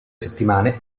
settimane